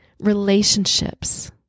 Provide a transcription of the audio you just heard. relationships